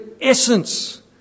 essence